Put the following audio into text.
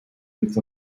with